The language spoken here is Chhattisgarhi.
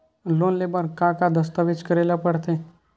लोन ले बर का का दस्तावेज करेला पड़थे?